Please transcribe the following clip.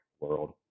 world